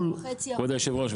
כבוד יושב הראש,